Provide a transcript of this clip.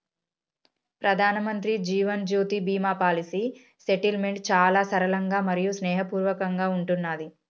ప్రధానమంత్రి Jeevan Jyoti Bima policy settlement చాలా సరళంగా మరియు స్నేహపూర్వకంగా ఉంటున్నాది